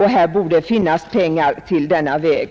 Här borde finnas pengar till denna väg.